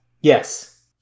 Yes